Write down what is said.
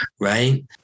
Right